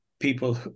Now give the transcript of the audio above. people